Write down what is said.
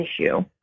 issue